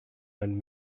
man